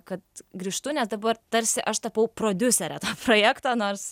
kad grįžtu nes dabar tarsi aš tapau prodiusere to projekto nors